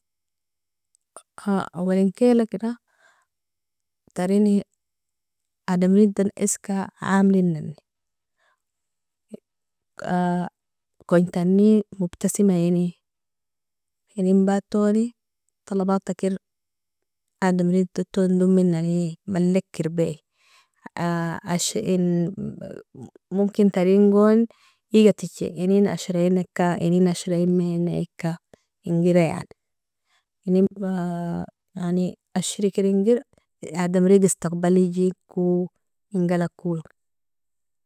- awalinkela kera taren adamridan iska aamlinani, konjtani mobtasimaine, inenbatoni talabtaker adamridaton dominani malikarbi, momken tarin igatiji inen ashrainkia inen ashraiminkia ingera yani, yani ashriker inger adamrig astagbaljiko ingalagko.